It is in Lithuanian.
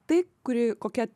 tai kuri kokia